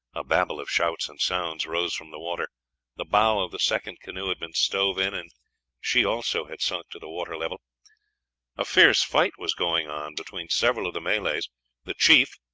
a babel of shouts and sounds rose from the water the bow of the second canoe had been stove in, and she also had sunk to the water level a fierce fight was going on between several of the malays the chief,